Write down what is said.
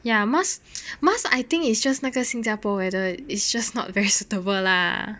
ya mask mask I think it's just 那个新加坡 weather it's just not very suitable lah